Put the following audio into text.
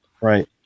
right